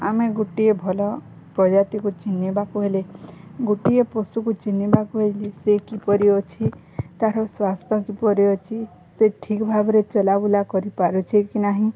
ଆମେ ଗୋଟିଏ ଭଲ ପ୍ରଜାତିକୁ ଚିହ୍ନିବାକୁ ହେଲେ ଗୋଟିଏ ପଶୁକୁ ଚିହ୍ନିବାକୁ ହେଲେ ସେ କିପରି ଅଛି ତା'ର ସ୍ୱାସ୍ଥ୍ୟ କିପରି ଅଛି ସେ ଠିକ୍ ଭାବରେ ଚଲାବୁଲା କରିପାରୁଛେ କି ନାହିଁ